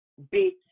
Big